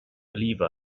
believe